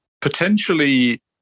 potentially